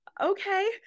okay